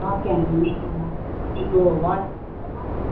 okay అండి మేము మీకు వాట్సాప్ లో